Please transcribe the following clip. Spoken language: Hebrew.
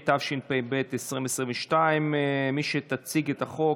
התשפ"ב 2022. מי שתציג את החוק,